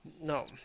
No